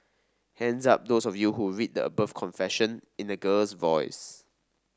hands up those of you who read the above confession in a girl's voice